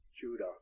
Judah